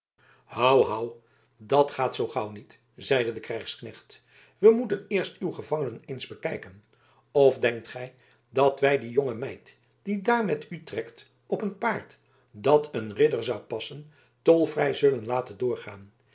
hou hou dat gaat zoo gauw niet zeide de krijgsknecht wij moeten eerst uw gevangenen eens bekijken of denkt gij dat wij die jonge meid die daar met u trekt op een paard dat een ridder zou passen tolvrij zullen laten doorgaan